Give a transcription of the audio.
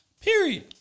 Period